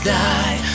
die